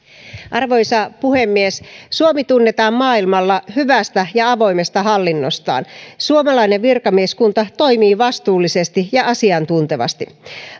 arvoisa puhemies suomi tunnetaan maailmalla hyvästä ja avoimesta hallinnostaan suomalainen virkamieskunta toimii vastuullisesti ja asiantuntevasti